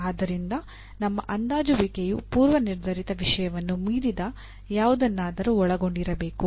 ಆದ್ದರಿಂದ ನಿಮ್ಮ ಅಂದಾಜುವಿಕೆಯು ಪೂರ್ವನಿರ್ಧರಿತ ವಿಷಯವನ್ನು ಮೀರಿದ ಯಾವುದನ್ನಾದರೂ ಒಳಗೊಂಡಿರಬೇಕು